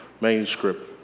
manuscript